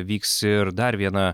vyks ir dar viena